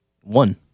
One